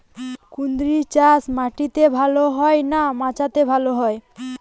কুঁদরি চাষ মাটিতে ভালো হয় না মাচাতে ভালো হয়?